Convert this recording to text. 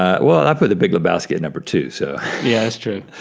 ah well i put the big lebowski at number two, so. yeah, that's true.